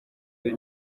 ari